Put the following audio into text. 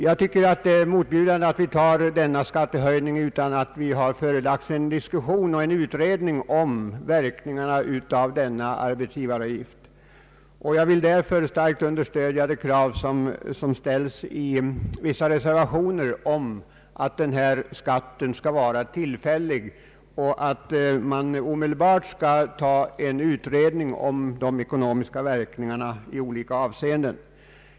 Det är enligt min mening motbjudande att gå med på denna skattehöjning utan att det här förekommit en diskussion och gjorts en utredning om verkningarna av denna arbetsgivaravgift. Jag vill därför starkt understödja de krav som uppställs i vissa reservationer, att denna skatt skall vara tillfällig och att det omedelbart skall göras en utredning om de ekonomiska verkningarna i olika avseenden.